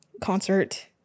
concert